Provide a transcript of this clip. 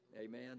Amen